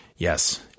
Yes